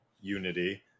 Unity